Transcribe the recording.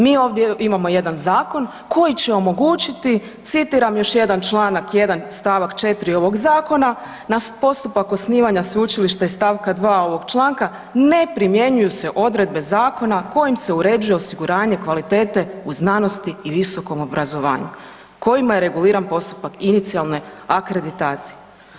Mi ovdje imamo jedan zakon koji će omogućiti, citiram još jedan članak 1. stavak 4. ovog zakona „Na postupak osnivanja sveučilišta iz stavka 2. ovog članka, ne primjenjuju se odredbe zakona kojim se uređuju osiguranje kvalitete u znanosti i visokom obrazovanju kojima je reguliran postupak inicijalne akreditacije“